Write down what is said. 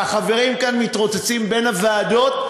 והחברים כאן מתרוצצים בין הוועדות,